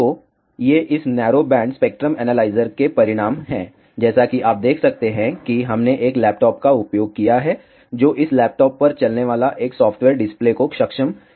तो ये इस नैरो बैंड स्पेक्ट्रम एनालाइजर के परिणाम हैं जैसा कि आप देख सकते हैं कि हमने एक लैपटॉप का उपयोग किया है जो इस लैपटॉप पर चलने वाला एक सॉफ्टवेयर डिस्प्ले को सक्षम करता है